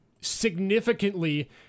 significantly